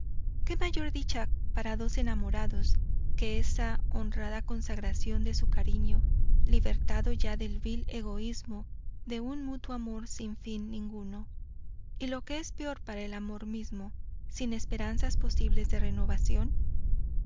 qué mayor dicha para dos enamorados que esa honrada consagración de su cariño libertado ya del vil egoísmo de un mutuo amor sin fin ninguno y lo que es peor para el amor mismo sin esperanzas posibles de renovación